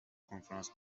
کنفرانس